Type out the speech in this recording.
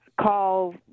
call